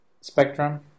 spectrum